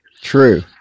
True